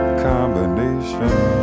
combination